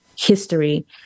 history